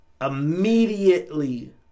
Immediately